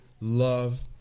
love